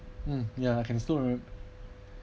mm ya I can still remember